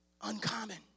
Uncommon